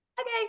Okay